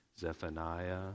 Zephaniah